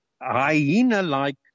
hyena-like